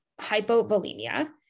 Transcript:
hypovolemia